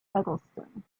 eggleston